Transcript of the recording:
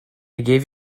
gave